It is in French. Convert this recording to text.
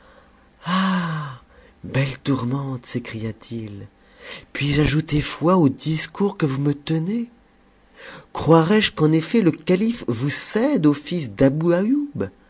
belle tourmente sécria t it puis-je ajouter foi au discours que vous me tenez croirai je qu'en effet le calife vous cède au fils d'abou